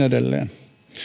edelleen